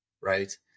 Right